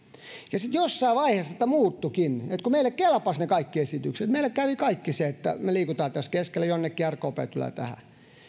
ja sitten jossain vaiheessa tämä muuttuikin kun meille kelpasivat ne kaikki esitykset meille kävi kaikki se että me liikumme tässä keskellä jonnekin ja rkp tulee tähän